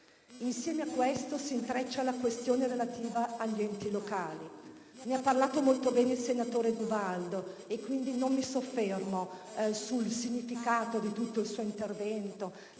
nessuno. A questo s'intreccia la questione relativa agli enti locali. Ne ha parlato molto bene il senatore D'Ubaldo e quindi non mi soffermo sul significato di tutto il suo intervento,